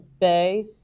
bay